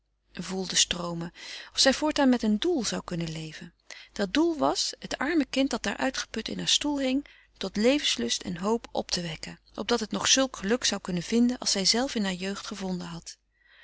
voelde stroomen of zij voortaan met een doel zou kunnen leven dat doel was het arme kind dat daar uitgeput in haar stoel hing tot levenslust en hoop op te wekken opdat het nog zulk een geluk zou kunnen vinden als zijzelve in hare jeugd gevonden had